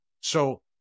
So-